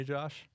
Josh